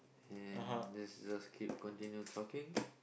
and just just keep continue talking